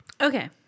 Okay